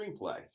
screenplay